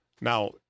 Now